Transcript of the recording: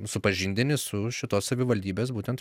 supažindinti su šitos savivaldybės būtent